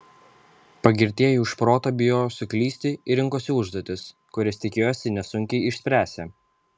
pagirtieji už protą bijojo suklysti ir rinkosi užduotis kurias tikėjosi nesunkiai išspręsią